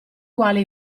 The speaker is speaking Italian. quale